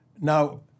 now